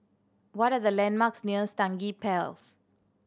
what are the landmarks near Stangee